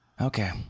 Okay